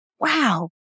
wow